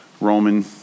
Roman